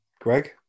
Greg